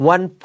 One